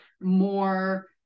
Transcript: more